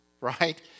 right